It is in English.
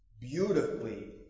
beautifully